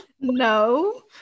No